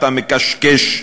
מקשקש,